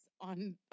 on